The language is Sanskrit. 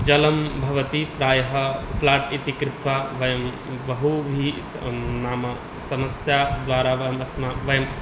जलं भवति प्रायः फ़्लाट् इति कृत्वा वयं बहुभिः स् नाम समस्या द्वारा वा मस्म वयं